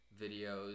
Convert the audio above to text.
videos